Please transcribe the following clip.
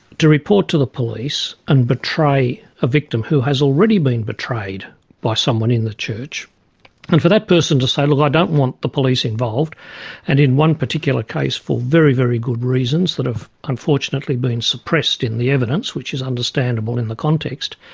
to report to the police and betray a victim who has already been betrayed by someone in the church and for that person to say look i don't want the police involved and in one particular case for very, very good reasons that have unfortunately been suppressed in the evidence which is understandable in the context,